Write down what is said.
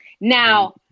Now